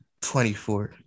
24